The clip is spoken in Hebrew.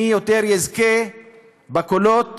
מי יזכה ביותר קולות